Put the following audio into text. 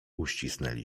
uścisnęli